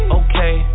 okay